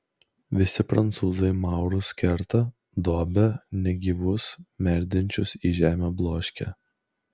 visi prancūzai maurus kerta dobia negyvus merdinčius į žemę bloškia